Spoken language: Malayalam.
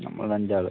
നമ്മൾ അഞ്ച് ആള്